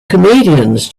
comedians